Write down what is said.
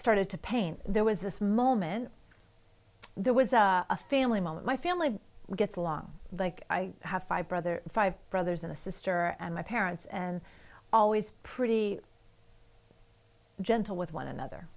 started to pain there was this moment there was a family moment my family gets along like i have five brother five brothers and a sister and my parents and always pretty gentle with one another